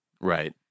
right